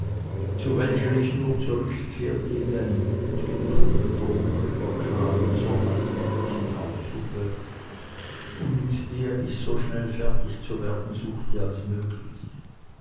zu welcher ich nur zurückkehrte wie ein müdgetummelter hungriger knabe zur alltäglichen haussuppe und mit der ich so schnell fertig zu werden suchte als möglich